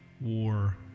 war